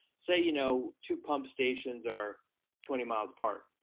say you know, two pump stations are twenty miles apart,